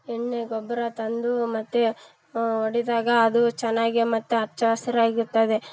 ಎಣ್ಣೆ ಗೊಬ್ಬರ ತಂದು ಮತ್ತೆ ಹೊಡಿದಾಗ ಅದು ಚೆನ್ನಾಗಿ ಮತ್ತು ಹಚ್ಚ ಹಸ್ರಾಗಿ ಇರ್ತದೆ